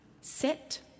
sit